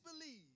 believe